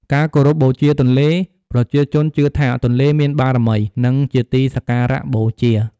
ការគោរពបូជាទន្លេ ប្រជាជនជឿថាទន្លេមានបារមី និងជាទីសក្ការៈបូជា។